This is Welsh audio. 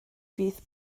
fydd